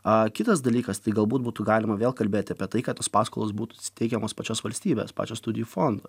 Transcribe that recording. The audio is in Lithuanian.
a kitas dalykas tai galbūt būtų galima vėl kalbėti apie tai kad tos paskolos būtų teikiamos pačios valstybės pačio studijų fondo